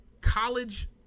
college –